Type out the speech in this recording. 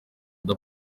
oda